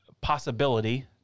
possibility